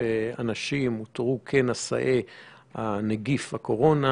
כמעט בכלל לא פניות ביחס לאס-אם-אס שנשלח לחולה,